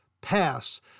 pass